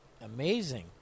amazing